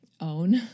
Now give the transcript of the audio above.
own